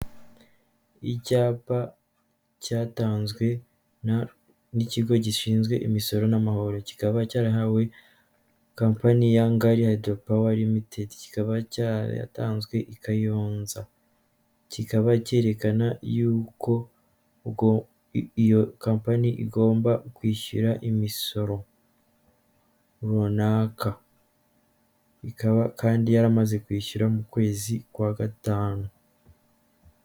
Icyapa cyatanzwe n'ikigo gishinzwe imisoro n'amahoro, kikaba cyarahawe kampani ya ngari hayidoro pawa rimitedi, kikaba cyaratanzwe i Kayonza, kikaba cyerekana yuko iyo kampani igomba kwishyura imisoro runaka, ikaba kandi yaramaze kwishyura mu kwezi kwa gatanu.